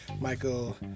Michael